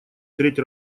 треть